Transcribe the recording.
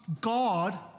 God